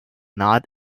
not